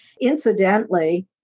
Incidentally